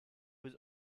was